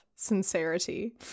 Sincerity